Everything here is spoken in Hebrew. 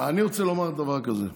אני רוצה לומר דבר כזה: